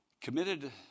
committed